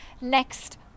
next